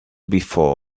before